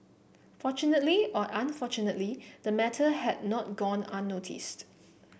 fortunately or unfortunately the matter had not gone unnoticed